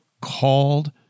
called